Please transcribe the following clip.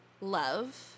love